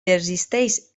desisteix